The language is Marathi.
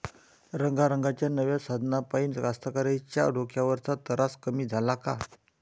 रंगारंगाच्या नव्या साधनाइपाई कास्तकाराइच्या डोक्यावरचा तरास कमी झाला का?